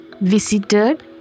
visited